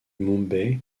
mumbai